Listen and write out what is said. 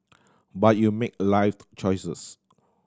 but you make life's choices